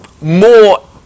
more